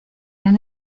han